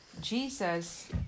Jesus